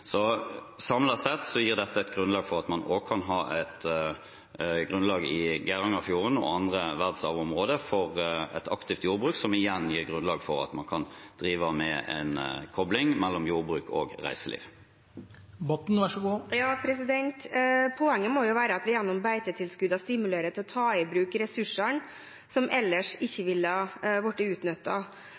sett gir dette et grunnlag for at man også i Geirangerfjorden og andre verdensarvområder kan ha et grunnlag for et aktivt jordbruk, som igjen gir grunnlag for at man kan ha en kobling mellom jordbruk og reiseliv. Poenget må være at vi gjennom beitetilskuddene stimulerer til å ta i bruk ressursene som ellers ikke ville